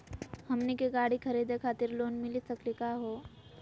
हमनी के गाड़ी खरीदै खातिर लोन मिली सकली का हो?